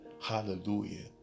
hallelujah